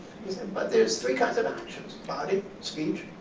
but there's three kinds of action body, speech,